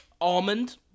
almond